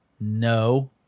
no